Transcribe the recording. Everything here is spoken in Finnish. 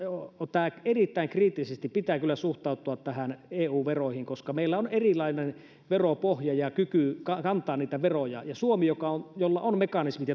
erittäin kriittisesti pitää kyllä suhtautua näihin eu veroihin koska meillä on erilainen veropohja ja kyky kantaa niitä veroja suomi jolla on toimivat mekanismit